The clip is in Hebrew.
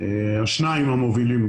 לראייתי השניים המובילים,